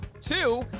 Two